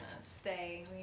stay